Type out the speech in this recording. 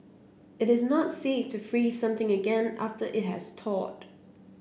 it is not safe to freeze something again after it has thawed